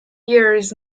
years